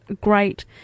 great